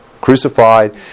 crucified